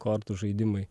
kortų žaidimai